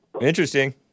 Interesting